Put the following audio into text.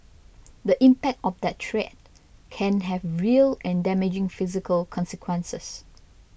the impact of that threat can have real and damaging physical consequences